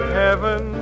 heaven